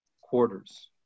quarters